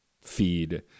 feed